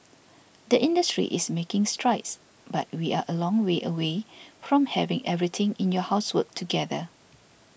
the industry is making strides but we are a long way away from having everything in your house work together